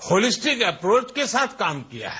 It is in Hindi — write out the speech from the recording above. होलिस्टिक एपरोच के साथ काम किया है